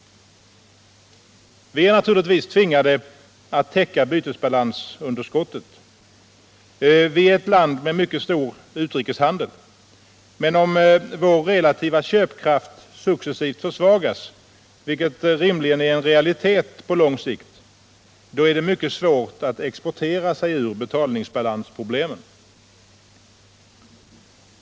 Vi är naturligtvis tvingade att täcka bytesbalansunderskottet. Vi är ett land med mycket stor utrikeshandel. Men om vår relativa köpkraft successivt försvagas, vilket rimligen är en realitet på lång sikt, är det mycket svårt att exportera sig ut ur betalningsbalansproblemen.